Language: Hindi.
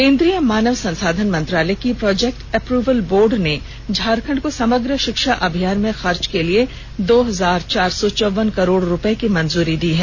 केन्द्रीय मानव संसाधन मंत्रालय की प्रोजेक्ट एप्र्वल बोर्ड ने झारखंड को समग्र षिक्षा अभियान में खर्च के लिए दो हजार चार सौ चौवन करोड़ की मंजूरी प्रदान कर दी है